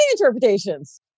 interpretations